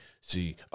See